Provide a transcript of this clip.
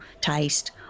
taste